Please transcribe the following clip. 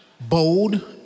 bold